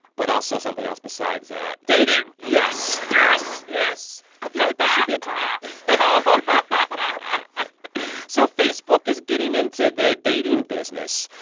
but also something else besides that dating yes yes yes i feel like that be a tie but so facebook is getting into the dating business.